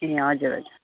ए हजुर हजुर